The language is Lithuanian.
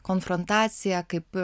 konfrontacija kaip